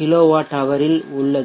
kilowatt hour இல் உள்ளது